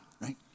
right